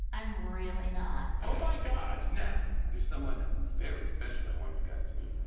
i'm really not. oh my god! now, there's someone very special i want you guys to meet.